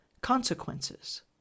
consequences